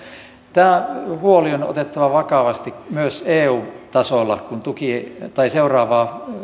tämä huoli on otettava vakavasti myös eu tasolla kun seuraavaa